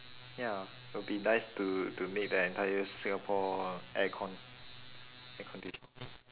ya will be nice to to make the entire singapore aircon air condition